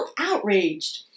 outraged